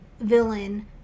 villain